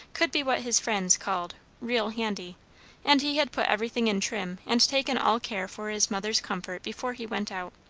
could be what his friends called real handy and he had put everything in trim and taken all care for his mother's comfort before he went out.